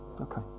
Okay